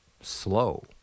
slow